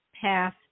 path